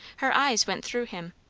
her eyes went through him,